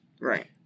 Right